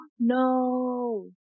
No